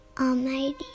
Almighty